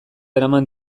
eraman